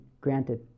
granted